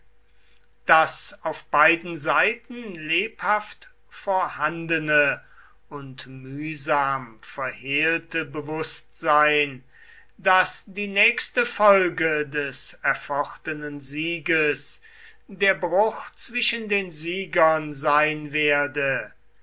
das auf beiden seiten lebhaft vorhandene und mühsam verhehlte bewußtsein daß die nächste folge des erfochtenen sieges der bruch zwischen den siegern sein werde